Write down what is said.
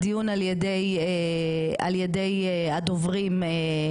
אלא אם כן לא תדברו ונקדים את זה.